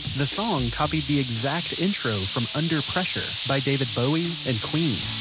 the song copied the exact intro from under pressure by david bowie and queen